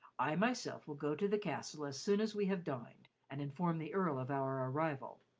i myself will go to the castle as soon as we have dined, and inform the earl of our arrival.